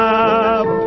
up